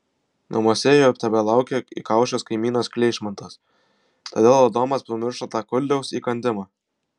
namuose jo tebelaukė įkaušęs kaimynas kleišmantas todėl adomas pamiršo tą kudliaus įkandimą